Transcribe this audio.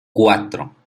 cuatro